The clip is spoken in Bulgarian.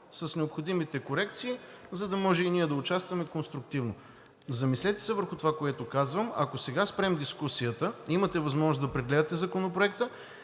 с необходимите корекции, за да може и ние да участваме конструктивно. Замислете се върху това, което казвам. Ако сега спрем дискусията, имате възможност да прегледате Законопроекта